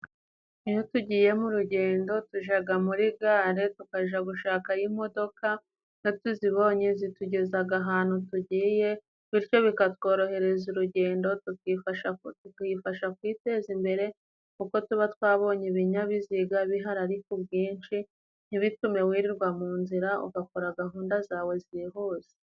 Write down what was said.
Iyo tugiye mu rugendo tujaga muri gare tukaja gushakayo imodoka, iyo tuzibonye zitugezaga ahantu tugiye, bityo bikatworohereza urugendo tukifasha kwiteza imbere, kuko tuba twabonye ibinyabiziga bihari ari ku bwinshi, ntibitume wirirwa mu nzira, ugakora gahunda zawe zihuse.